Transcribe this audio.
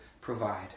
provide